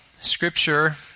scripture